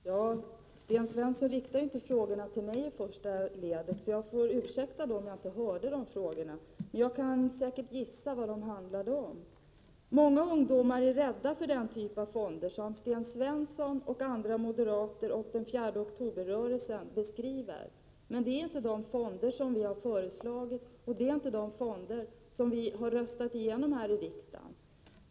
Herr talman! Sten Svensson riktade inte frågorna till mig i första hand, så det får ursäktas om jag inte hörde dessa frågor. Men jag kan säkert gissa vad de handlade om. Många ungdomar är rädda för den typ av fonder som Sten Svensson, andra moderater och 4 oktober-rörelsen beskriver. Men det är inte de fonder som vi har föreslagit och som vi har röstat igenom här i riksdagen.